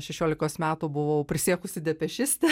šešiolikos metų buvau prisiekusi depešiste